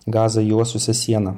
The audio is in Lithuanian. gazą juosusią sieną